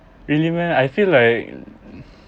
really meh I feel like